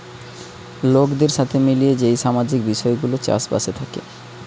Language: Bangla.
লোকদের সাথে মিলিয়ে যেই সামাজিক বিষয় গুলা চাষ বাসে থাকে